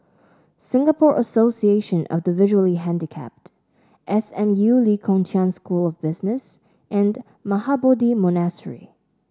Singapore Association of the Visually Handicapped S M U Lee Kong Chian School of Business and Mahabodhi Monastery